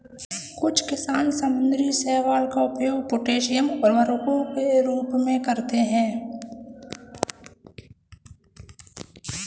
कुछ किसान समुद्री शैवाल का उपयोग पोटेशियम उर्वरकों के रूप में करते हैं